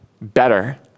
better